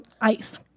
ice